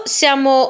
siamo